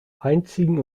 einzigen